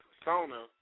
persona